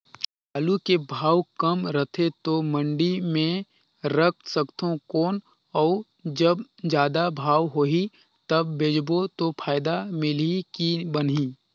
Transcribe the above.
आलू के भाव कम रथे तो मंडी मे रख सकथव कौन अउ जब जादा भाव होही तब बेचबो तो फायदा मिलही की बनही?